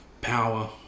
power